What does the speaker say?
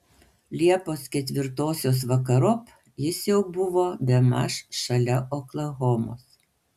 liepos ketvirtosios vakarop jis jau buvo bemaž šalia oklahomos